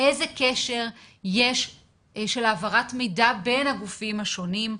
איזה קשר יש של העברת מידע בין הגופים השונים,